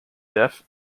deaf